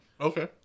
Okay